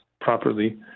properly